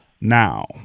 now